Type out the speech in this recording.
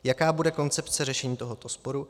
Jaká bude koncepce řešení tohoto sporu?